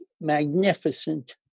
magnificent